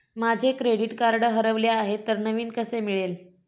माझे credit card हरवले आहे तर नवीन कसे मिळेल?